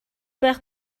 байх